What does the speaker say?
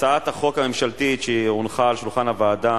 הצעת החוק הממשלתית שהונחה על שולחן הוועדה